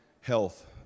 health